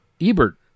Ebert